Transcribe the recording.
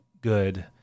good